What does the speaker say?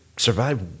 survive